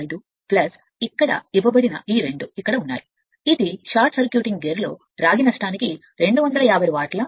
65 ఇక్కడ ఇవ్వబడిన ఈ రెండు ఇక్కడ ఉన్నాయి ఇది షార్ట్ సర్క్యూటింగ్ గేర్లో రాగి నష్టానికి 250 వాట్ల